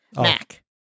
Mac